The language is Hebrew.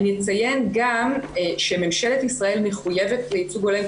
אני אציין גם שממשלת ישראל מחויבת בייצוג הולם,